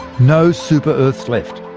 no super-earths left.